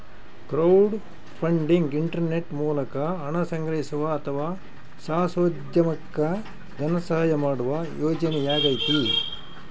crowdfunding internet ಮೂಲಕ ಹಣ ಸಂಗ್ರಹಿಸುವ ಅಥವಾ ಸಾಹಸೋದ್ಯಮುಕ್ಕ ಧನಸಹಾಯ ಮಾಡುವ ಯೋಜನೆಯಾಗೈತಿ